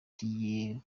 kigiye